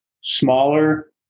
smaller